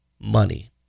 money